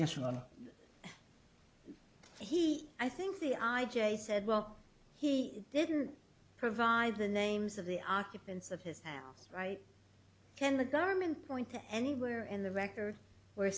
national he i think the i j a said well he didn't provide the names of the occupants of his right can the government point to anywhere in the record where